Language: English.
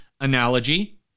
analogy